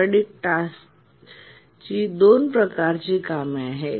sporadic task ची 2 प्रकारची कामे आहेत